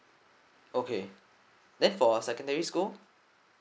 okay then for secondary school